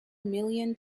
million